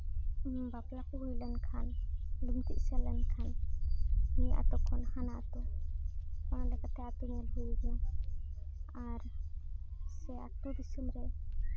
ᱤᱧᱟᱹᱜ ᱵᱟᱯᱞᱟ ᱠᱚ ᱦᱩᱭ ᱞᱮᱱᱠᱷᱟᱱ ᱞᱩᱝᱛᱤᱜ ᱥᱮᱱ ᱞᱮᱱᱠᱷᱟᱱ ᱱᱤᱭᱟᱹ ᱟᱛᱳ ᱠᱷᱚᱱ ᱦᱟᱱᱟ ᱟᱛᱳ ᱚᱱᱟ ᱞᱮᱠᱟᱛᱮ ᱟᱛᱳ ᱧᱮᱞ ᱦᱩᱭ ᱠᱟᱱᱟ ᱟᱨ ᱥᱮ ᱟᱛᱳ ᱫᱤᱥᱚᱢ ᱨᱮ